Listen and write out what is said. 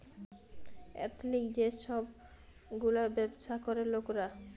এথলিক যে ছব গুলা ব্যাবছা ক্যরে লকরা